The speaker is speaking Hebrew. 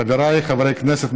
חבריי חברי הכנסת,